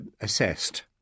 assessed